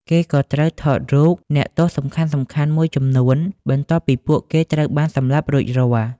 គេក៏ត្រូវថតរូបអ្នកទោសសំខាន់ៗមួយចំនួន បន្ទាប់ពីពួកគេត្រូវបានសម្លាប់រួចរាល់។